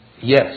Yes